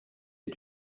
est